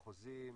חוזים,